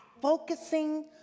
focusing